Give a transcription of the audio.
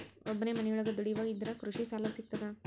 ಒಬ್ಬನೇ ಮನಿಯೊಳಗ ದುಡಿಯುವಾ ಇದ್ರ ಕೃಷಿ ಸಾಲಾ ಸಿಗ್ತದಾ?